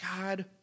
God